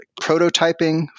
prototyping